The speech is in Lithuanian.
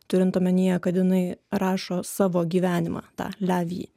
turint omenyje kad jinai rašo savo gyvenimą tą levį